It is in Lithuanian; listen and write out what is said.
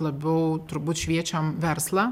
labiau turbūt šviečiam verslą